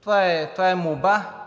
Това е молба,